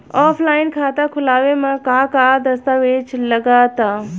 Offline खाता खुलावे म का का दस्तावेज लगा ता?